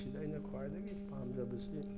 ꯁꯤꯗ ꯑꯩꯅ ꯈ꯭ꯋꯥꯏꯗꯒꯤ ꯄꯥꯝꯖꯕꯁꯤ